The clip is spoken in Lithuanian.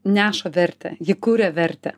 neša vertę ji kuria vertę